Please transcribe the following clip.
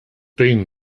been